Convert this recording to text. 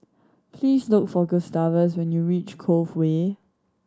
please look for Gustavus when you reach Cove Way